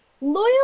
Loyal